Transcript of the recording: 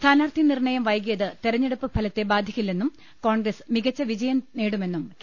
സ്ഥാനാർത്ഥി നിർണ്ണയം വൈകിയത് തെരഞ്ഞെടുപ്പ് ഫലത്തെ ബാധി ക്കില്ലെന്നും കോൺഗ്രസ് മികച്ച വിജയം നേടുമെന്നും കെ